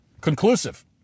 conclusive